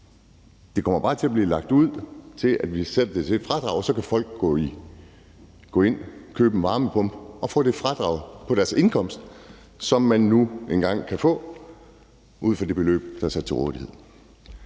Det kommer bare til at blive lagt ud som et fradrag, og så kan folk købe en varmepumpe og få det fradrag på deres indkomst, som man nu engang kan få ud fra det beløb, der er sat til rådighed.